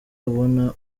ubona